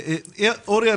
אורי,